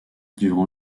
durant